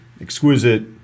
exquisite